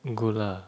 good lah